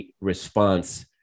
response